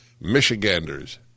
Michiganders